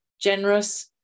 generous